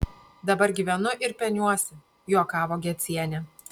dabar gyvenu ir peniuosi juokavo gecienė